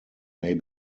may